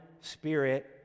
spirit